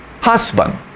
Husband